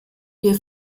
wir